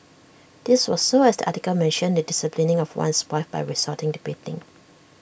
this was so as the article mentioned the disciplining of one's wife by resorting to beating